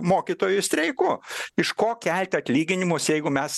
mokytojų streiku iš ko kelti atlyginimus jeigu mes